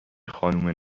خانم